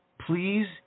please